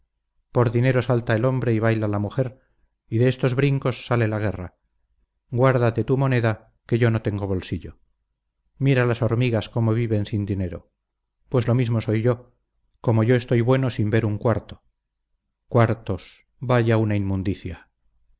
por dinero salta el hombre y baila la mujer y de estos brincos sale la guerra guárdate tu moneda que yo no tengo bolsillo mira las hormigas cómo viven sin dinero pues lo mismo soy yo como y estoy bueno sin ver un cuarto cuartos vaya una inmundicia